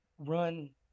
run